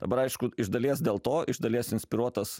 dabar aišku iš dalies dėl to iš dalies inspiruotas